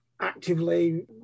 actively